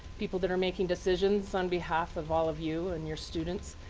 people that are making decisions on behalf of all of you and your students.